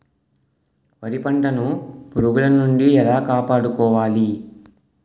వరి పంటను పురుగుల నుండి ఎలా కాపాడుకోవాలి?